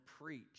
preach